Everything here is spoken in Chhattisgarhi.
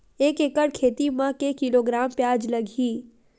एक एकड़ खेती म के किलोग्राम प्याज लग ही?